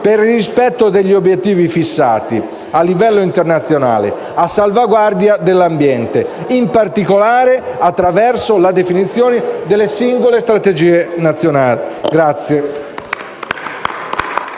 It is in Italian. per il rispetto degli obiettivi fissati a livello internazionale a salvaguardia dell'ambiente, in particolare attraverso la definizione delle singole strategie nazionali.